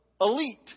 elite